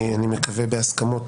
אני מקווה בהסכמות,